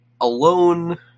Alone